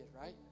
right